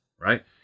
right